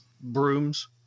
brooms